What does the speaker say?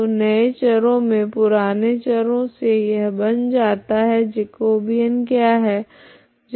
तो नए चरों मे पुराने चरो से यह बन जाता है जेकोबियन क्या है